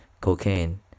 cocaine